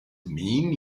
mean